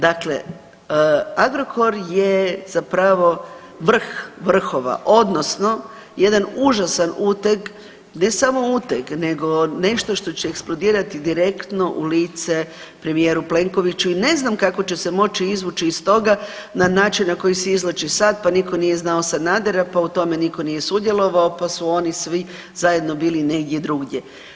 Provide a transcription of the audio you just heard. Dakle, Agrokor je zapravo vrh vrhova odnosno jedan užasan uteg ne samo uteg nego nešto što će eksplodirati direktno u lice premijeru Plenkoviću i ne znam kako će se moći izvući iz toga na način na koji se izvlači sad, pa niko nije znao Sanadera, pa u tome niko nije sudjelovao, pa su oni svi zajedno bili negdje drugdje.